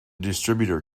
distributor